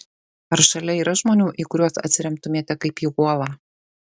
ar šalia yra žmonių į kuriuos atsiremtumėte kaip į uolą